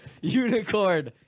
Unicorn